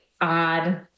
odd